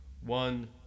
one